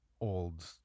old